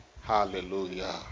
Hallelujah